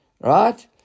right